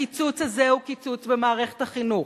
הקיצוץ הזה הוא קיצוץ במערכת החינוך,